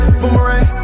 boomerang